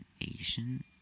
Asian